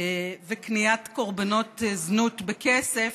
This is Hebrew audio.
וקניית קורבנות זנות בכסף,